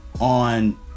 on